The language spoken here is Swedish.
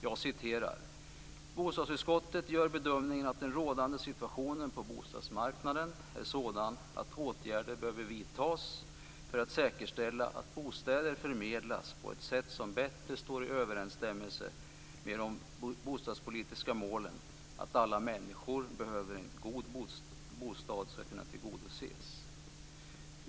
Man skriver: "Bostadsutskottet gör bedömningen att den rådande situationen på bostadsmarknaden är sådan att åtgärder behöver vidtas för att säkerställa att bostäder förmedlas på ett sätt som bättre står i överensstämmelse med det bostadspolitiska målet att alla människors behov av en god bostad skall kunna tillgodoses.